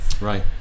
Right